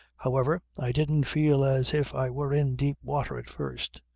however, i didn't feel as if i were in deep water at first.